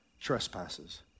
trespasses